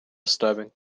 disturbing